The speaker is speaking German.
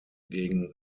gegen